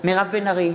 מירב בן ארי,